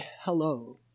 Hello